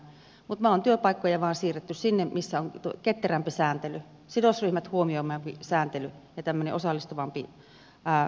mutta me olemme työpaikkoja vain siirtäneet sinne missä on ketterämpi sääntely sidosryhmät huomioivampi sääntely ja osallistuvampi sääntelyn rakentaminen